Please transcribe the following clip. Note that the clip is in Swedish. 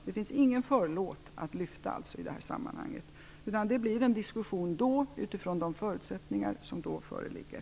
Det finns alltså ingen förlåt att lyfta i detta sammanhang, utan det blir en diskussion utifrån de förutsättningar som då föreligger.